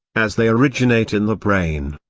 as they originate in the brain?